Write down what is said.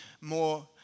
more